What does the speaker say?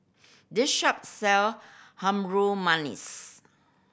this shop sell Harum Manis